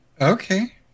Okay